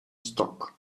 stock